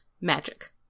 magic